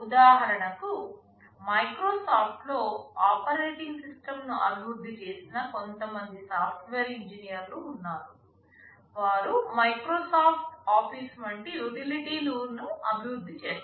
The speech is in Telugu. ఉదాహరణకు మైక్రోసాఫ్ట్లో ఆపరేటింగ్ సిస్టమ్ను అభివృద్ధి చేసిన కొంతమంది సాఫ్ట్వేర్ ఇంజనీర్లు ఉన్నారు వారు మైక్రోసాఫ్ట్ ఆఫీస్ వంటి యుటిలిటీలను అభివృద్ధి చేస్తారు